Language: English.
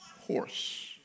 horse